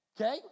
Okay